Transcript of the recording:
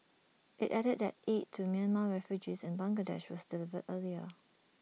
IT added that aid to Myanmar refugees in Bangladesh was delivered earlier